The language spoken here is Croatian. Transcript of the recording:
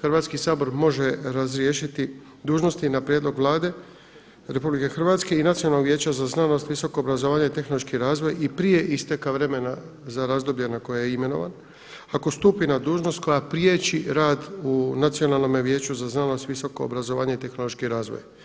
Hrvatski sabor može razriješiti dužnosti na prijedlog Vlade RH i Nacionalnog vijeća za znanost, visoko obrazovanje i tehnološki razvoj i prije isteka vremena za razdoblje na koje je imenovan, ako stupi na dužnost koja priječi rad u Nacionalnom vijeću za znanost, visoko obrazovanje i tehnološki razvoj.